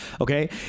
Okay